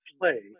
play